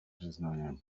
признание